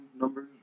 numbers